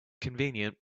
convenient